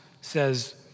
says